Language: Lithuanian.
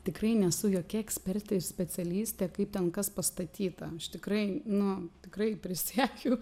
tikrai nesu jokia ekspertė ir specialistė kaip ten kas pastatyta aš tikrai nu tikrai prisiekiu